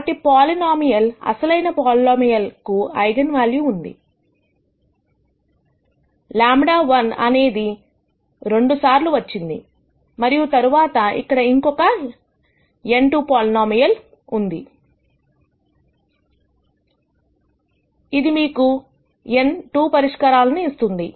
కాబట్టి పోలినోమియల్ అసలైన పోలినోమియల్ కు ఐగన్ వాల్యూ ఉంది λ₁ అనేది ఇది రెండు సార్లు వచ్చింది మరియు తరువాత అక్కడ ఇంకొక n 2 ఆర్డర్ పోలినోమియల్ ఉంది ఇది మీకు n 2 పరిష్కారాలను ఇస్తుంది